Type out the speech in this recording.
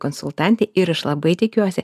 konsultantė ir iš labai tikiuosi